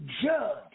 Judge